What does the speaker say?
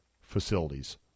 facilities